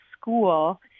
School